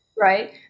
right